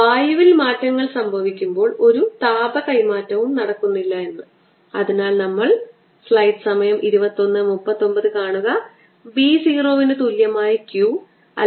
ഇതിലൂടെ നമ്മൾ ഇതിനകം തന്നെ ഫ്ലക്സ് കണക്കാക്കിയിട്ടുണ്ട്